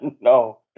No